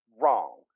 wrong